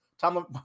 Tom